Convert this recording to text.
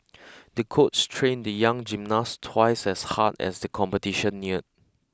the coach trained the young gymnast twice as hard as the competition neared